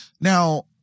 Now